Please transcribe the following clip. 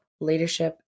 leadership